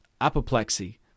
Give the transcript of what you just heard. apoplexy